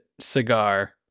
cigar